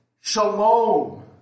shalom